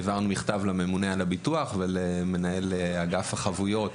העברנו מכתב לממונה על הביטוח ולמנהל אגף החבויות